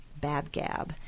Babgab